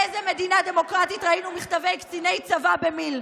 באיזה מדינה דמוקרטית ראינו מכתבי קציני צבא במיל'?